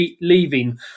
leaving